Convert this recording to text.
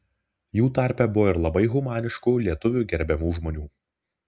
jų tarpe buvo ir labai humaniškų lietuvių gerbiamų žmonių